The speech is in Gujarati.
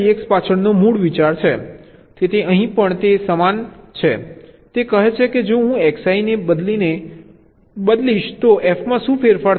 તેથી અહીં પણ તે કંઈક સમાન છે તે કહે છે કે જો હું Xi ને બદલીશ તો f માં શું ફેરફાર થશે